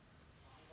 orh